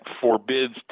forbids